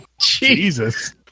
Jesus